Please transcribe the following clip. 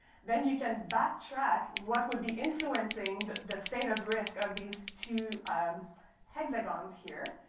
then you can backtrack what would be influencing the state of risk of these two hexagons here.